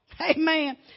Amen